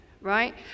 right